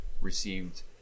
received